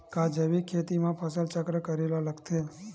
का जैविक खेती म फसल चक्र करे ल लगथे?